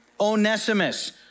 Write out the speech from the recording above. Onesimus